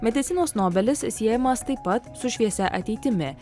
medicinos nobelis siejamas taip pat su šviesia ateitimi